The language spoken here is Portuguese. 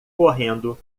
correndo